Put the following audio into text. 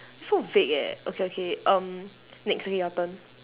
so vague eh okay okay um next okay your turn